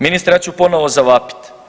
Ministre ja ću ponovo zavapiti.